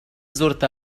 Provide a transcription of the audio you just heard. زرت